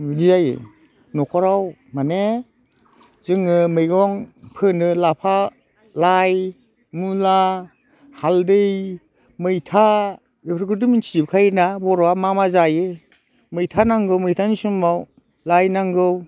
बिदि जायो न'खराव माने जोङो मैगं फोनो लाफा लाइ मुला हालदै मैथा बेफोरखौथ' मिथि जोबखायोना बर'आ मा मा जायो मैथा नांगौ मैथानि समाव लाइ नांगौ